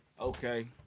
Okay